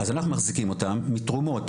אז אנחנו מחזיקים אותם מתרומות,